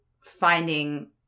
finding